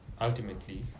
ultimately